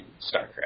Starcraft